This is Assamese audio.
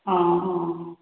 অঁ অঁ